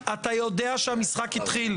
אתה יודע שהמשחק התחיל.